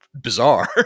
bizarre